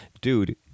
dude